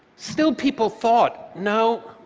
still people thought, no,